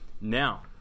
now